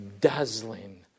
dazzling